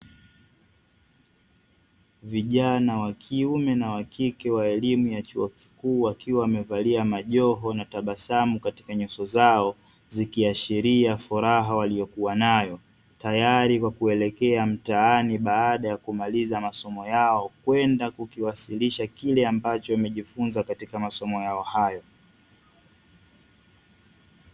Vijana wa kiume na wa kike wa elimu ya chuo kikuuu wakiwa wamevalia majoho na tabasamu katika nyuso zao zikiashiria furaha waliyokuwa nayo, tayari kwa kuelekea mtaani baada ya kumaliza masomo yao kwenda kukiwasilisha kile ambambacho wamejifunza katika masomo yao hayo.